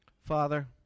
Father